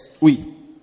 Oui